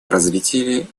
развитии